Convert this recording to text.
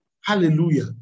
Hallelujah